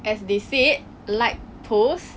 as they said like poles